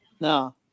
No